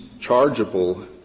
chargeable